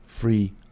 free